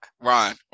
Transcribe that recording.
ron